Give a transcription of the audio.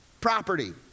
property